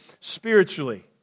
spiritually